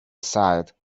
aside